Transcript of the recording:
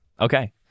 Okay